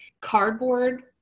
cardboard